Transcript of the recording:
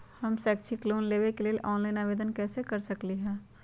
हम शैक्षिक लोन लेबे लेल ऑनलाइन आवेदन कैसे कर सकली ह?